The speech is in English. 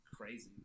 crazy